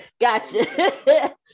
gotcha